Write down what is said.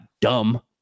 dumb